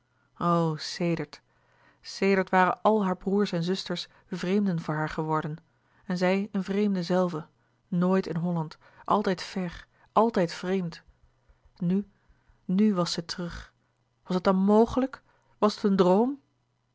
sedert sedert waren al hare broêrs en zusters vreemden voor haar geworden en zij eene vreemde zelve nooit in holland altijd ver altijd vreemd nu nu was zij terug was het dan mogelijk was het een droom